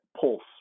pulse